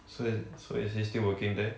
so is so is he still working there